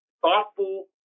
thoughtful